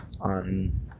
on